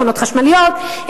מכוניות חשמליות,